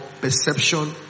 perception